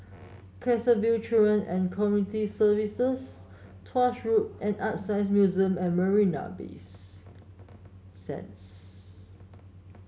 Canossaville Children and Community Services Tuas Road and ArtScience Museum at Marina Bay Sands